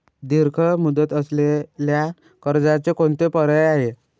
दीर्घ मुदत असलेल्या कर्जाचे कोणते पर्याय आहे?